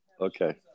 Okay